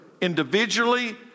individually